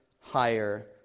higher